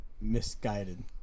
misguided